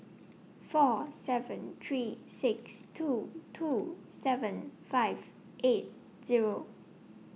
four seven three six two two seven five eight Zero